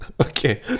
Okay